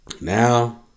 Now